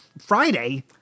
Friday